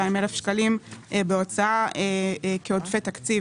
הפנייה נועדה להעברת עודפים משנת התקציב